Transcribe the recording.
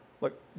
Look